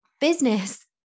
business